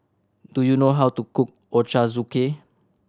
do you know how to cook Ochazuke